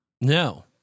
No